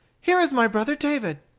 here is my brother david.